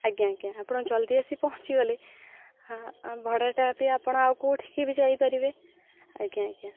ଆଜ୍ଞା ଆଜ୍ଞା ଆପଣ ଜଲ୍ଦି ଆସି ପହଁଞ୍ଚି ଗଲେ ଭଡ଼ାଟା ବି ଆପଣ ଆଉ କୋଉଠିକି ବି ଯାଇପାରିବେ ଆଜ୍ଞା ଆଜ୍ଞା